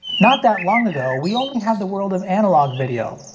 not that long ago, we only had the world of analog video.